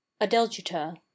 adelgita